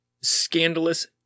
scandalous